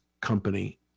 company